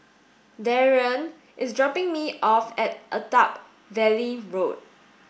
Darrian is dropping me off at Attap Valley Road